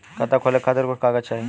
खाता खोले के खातिर कुछ कागज चाही?